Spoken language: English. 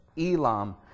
Elam